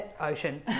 ocean